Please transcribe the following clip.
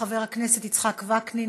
חבר הכנסת יצחק וקנין,